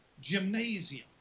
gymnasium